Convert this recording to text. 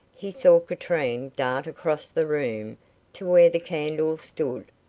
he saw katrine dart across the room to where the candle stood.